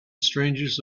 strangest